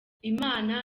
imana